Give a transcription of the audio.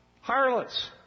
Harlots